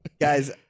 guys